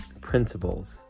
principles